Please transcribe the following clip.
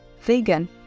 vegan